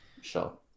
Sure